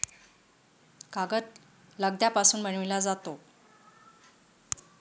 कागद लगद्यापासून बनविला जातो